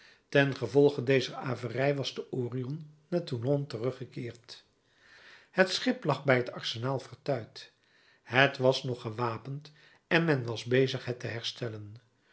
tengevolge dezer averij was de orion naar toulon teruggekeerd het schip lag bij het arsenaal vertuid het was nog gewapend en men was bezig het te herstellen